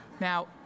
Now